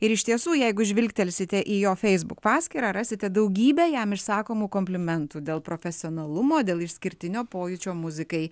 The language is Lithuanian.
ir iš tiesų jeigu žvilgtelsite į jo facebook paskyrą rasite daugybę jam išsakomų komplimentų dėl profesionalumo dėl išskirtinio pojūčio muzikai